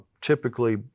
typically